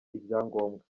ibyangombwa